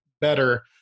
better